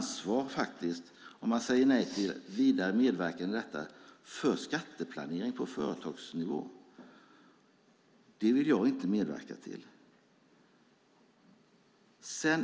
Om man säger nej till vidare medverkan i detta tar man därför också på sig ett ansvar för skatteplanering på företagsnivå. Det vill jag inte medverka till.